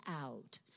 out